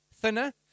thinner